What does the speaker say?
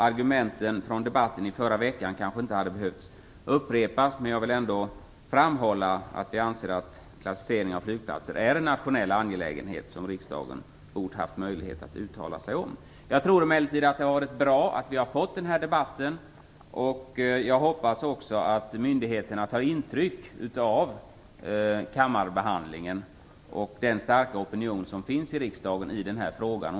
Argumenten från debatten i förra veckan kanske inte behöver upprepas, men jag vill ändå framhålla att vi anser att klassificering av flygplatser är en nationell angelägenhet som riksdagen borde ha haft möjlighet att uttala sig om. Jag tror emellertid att det har varit bra att vi har fått den här debatten. Jag hoppas också att myndigheterna tar intryck av kammarbehandlingen och av den starka opinion som finns i riksdagen när det gäller den här frågan.